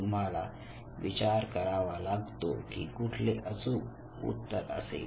तुम्हाला विचार करावा लागतो की कुठले अचूक उत्तर असेल